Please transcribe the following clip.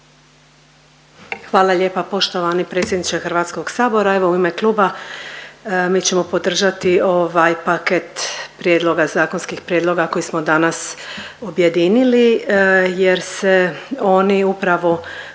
Hvala lijepa poštovani predsjedniče Hrvatskog sabora. Evo u ime kluba mi ćemo podržati ovaj paket prijedloga, zakonskih prijedloga koje smo danas objedinili jer se oni upravo